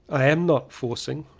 i am not forcing,